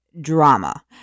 drama